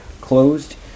closed